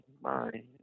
bye